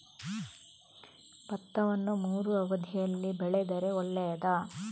ಭತ್ತವನ್ನು ಮೂರೂ ಅವಧಿಯಲ್ಲಿ ಬೆಳೆದರೆ ಒಳ್ಳೆಯದಾ?